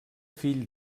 fill